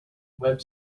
web